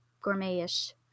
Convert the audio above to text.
gourmet-ish